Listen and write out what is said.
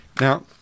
Now